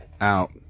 out